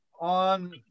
on